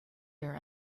here